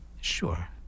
sure